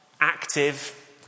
active